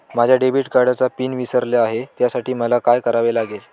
माझ्या डेबिट कार्डचा पिन विसरले आहे त्यासाठी मला काय करावे लागेल?